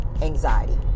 anxiety